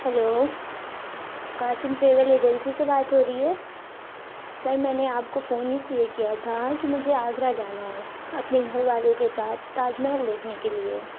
hello Qasim travel agency سے بات ہو رہی ہے سر میں نے آپ کو فون اس لیے کیا تھا کہ مجھے آگرہ جانا ہے اپنے گھر والوں کے ساتھ تاج محل دیکھنے کے لیے